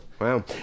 Wow